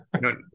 no